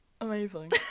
Amazing